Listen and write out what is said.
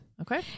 Okay